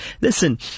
listen